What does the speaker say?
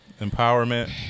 Empowerment